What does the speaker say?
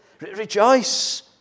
Rejoice